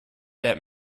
that